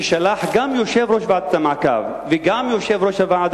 ששלחו גם יושב-ראש ועדת המעקב וגם יושב-ראש הוועד